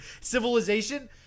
civilization